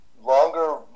longer